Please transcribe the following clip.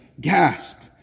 gasped